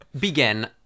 begin